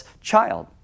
child